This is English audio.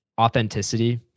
authenticity